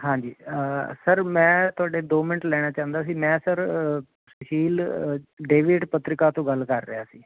ਹਾਂਜੀ ਸਰ ਮੈਂ ਤੁਹਾਡੇ ਦੋ ਮਿੰਟ ਲੈਣਾ ਚਾਹੁੰਦਾ ਸੀ ਮੈਂ ਸਰ ਤਹਿਸੀਲ ਡੇਵਿਡ ਪਤਰਿਕਾ ਤੋਂ ਗੱਲ ਕਰ ਰਿਹਾ ਸੀ